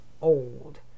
old